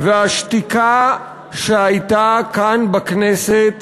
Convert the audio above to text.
והשתיקה שהייתה כאן בכנסת